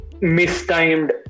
mistimed